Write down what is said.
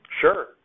Sure